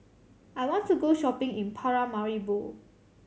I want to go shopping in Paramaribo